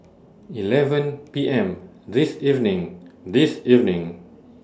eleven P M This evening This evening